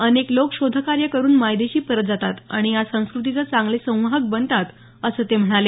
अनेक लोक शोधकार्य करून मायदेशी परत जातात आणि या संस्कृतीचे चांगले संवाहक बनतात असं ते म्हणाले